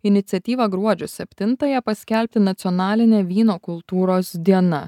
iniciatyvą gruodžio septintąją paskelbti nacionaline vyno kultūros diena